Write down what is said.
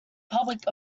public